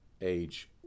age